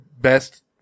best